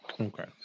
Okay